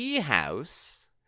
house